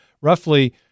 roughly